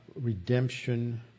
redemption